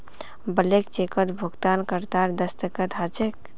blank चेकत भुगतानकर्तार दस्तख्त ह छेक